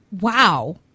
Wow